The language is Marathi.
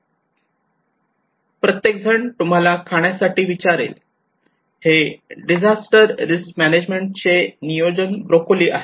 प्रत्येक जण तुम्हाला खाण्यासाठी विचारेल हे डिझास्टर रिस्क मॅनेजमेंट चे नियोजन ब्रोकोली आहे